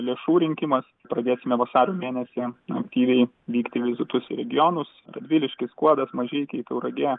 lėšų rinkimas pradėsime vasario mėnesį aktyviai vykti į vizitus į regionus radviliškis skuodas mažeikiai tauragė